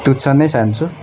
तुच्छ नै ठान्छु